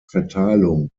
verteilung